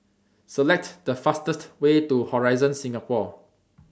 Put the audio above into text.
Select The fastest Way to Horizon Singapore